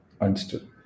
Understood